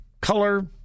color